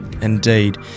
indeed